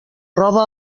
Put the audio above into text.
roba